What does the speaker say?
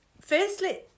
firstly